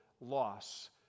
loss